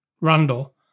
Randall